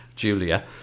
julia